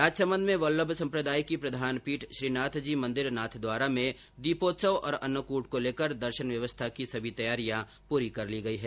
राजसमंद में वल्लम सम्प्रदाय की प्रधान पीठ श्रीनाथ जी मंदिर नाथद्वारा में दीपोत्सव और अन्नकूट को लेकर दर्शन व्यवस्था की समी तैयारियां पूरी कर ली गई है